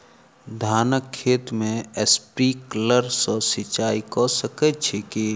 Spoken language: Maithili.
धानक खेत मे स्प्रिंकलर सँ सिंचाईं कऽ सकैत छी की?